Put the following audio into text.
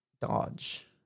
Dodge